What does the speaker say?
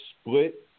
split